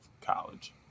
college